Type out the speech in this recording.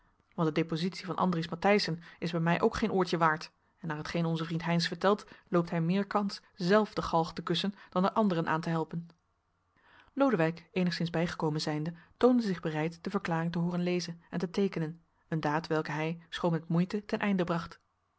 want de depositie van andries matthijssen is bij mij ook geen oortje waard en naar hetgeen onze vriend heynsz vertelt loopt hij meer kans zelf de galg te kussen dan er anderen aan te helpen lodewijk eenigszins bijgekomen zijnde toonde zich bereid de verklaring te hooren lezen en te teekenen een daad welke hij schoon met moeite ten einde bracht